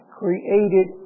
created